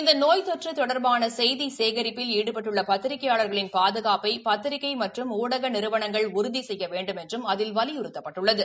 இந்த நோய் தொற்று தொடர்பான செய்தி சேகரிப்பில் ஈடுபட்டுள்ள பத்திரிகையாள்களின் பாதுகாப்பை பத்திரிகை மற்றும் ஊடக நிறுவனங்கள் உறுதி செய்ய வேண்டுமென்றும் அதில் வலியுறுத்தப்பட்டுள்ளது